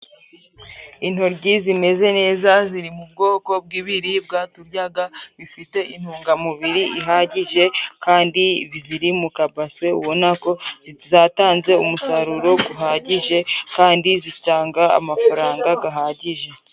Intoryi zimeze neza ziri mu bwoko bw'ibiribwa turyaga, bifite intungamubiri ihagije kandi ziri mu kabase ubona ko zatanze umusaruro guhagije kandi zitanga amafaranga gahagije.